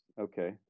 Okay